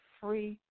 free